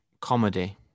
comedy